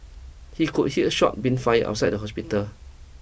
he could hear shots being fired outside the hospital